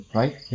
right